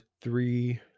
three